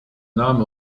name